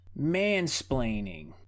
Mansplaining